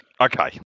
Okay